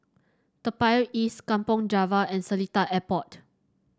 Toa Payoh East Kampong Java and Seletar Airport